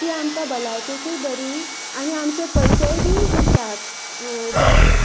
तीं आमकां भलायकेकूय बरीं आनी आमचे पयशेय बी उरतात जेन